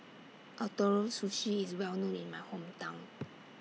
Ootoro Sushi IS Well known in My Hometown